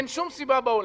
אין שום סיבה בעולם.